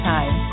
Time